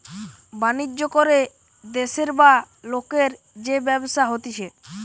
বাণিজ্য করে দেশের বা লোকের যে ব্যবসা হতিছে